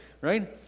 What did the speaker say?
Right